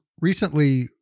recently